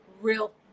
real